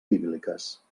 bíbliques